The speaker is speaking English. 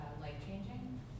life-changing